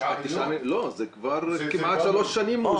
מאושר כבר 3 שנים.